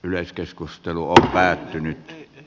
yleiskeskustelu on päättynyt